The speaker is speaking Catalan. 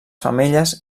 femelles